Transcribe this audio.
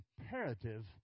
imperative